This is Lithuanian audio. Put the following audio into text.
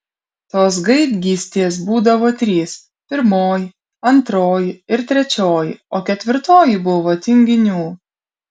tos gaidgystės būdavo trys pirmoji antroji ir trečioji o ketvirtoji buvo tinginių